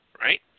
right